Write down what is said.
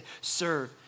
serve